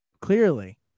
Clearly